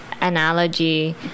analogy